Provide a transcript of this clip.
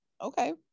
okay